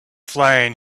flying